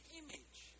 image